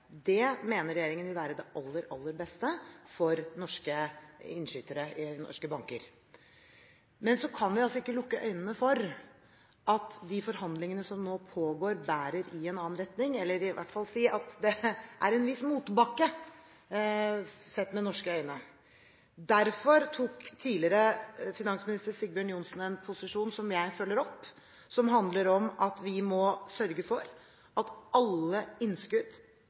Det mener regjeringen vil være det aller, aller beste for norske innskytere i norske banker. Men så kan vi altså ikke lukke øynene for at de forhandlingene som nå pågår, bærer i en annen retning – eller vi må i hvert fall si at det er en viss motbakke, sett med norske øyne. Derfor inntok tidligere finansminister Sigbjørn Johnsen en posisjon som jeg følger opp, som handler om at vi må sørge for at alle innskudd